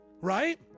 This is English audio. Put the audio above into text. Right